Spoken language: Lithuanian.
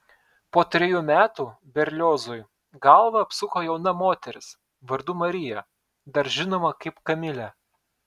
po trejų metų berliozui galvą apsuko jauna moteris vardu marija dar žinoma kaip kamilė